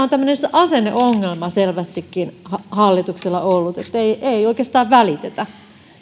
on tämmöinen asenneongelma selvästikin hallituksella ollut että ei oikeastaan välitetä